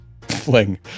Fling